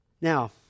Now